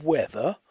Weather